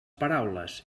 paraules